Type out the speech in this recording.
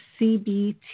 CBT